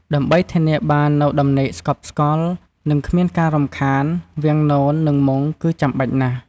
ដើម្បីធានាបាននូវដំណេកស្កប់ស្កល់ និងគ្មានការរំខាន វាំងនន និងមុង គឺចាំបាច់ណាស់។